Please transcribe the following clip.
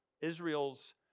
Israel's